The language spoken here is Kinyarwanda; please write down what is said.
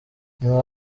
nyuma